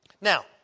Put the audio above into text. Now